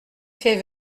fais